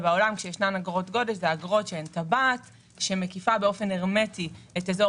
בעולם כשיש אגרות גודש הן אגרות בטבעת שמקיפה באופן הרמטי את אזור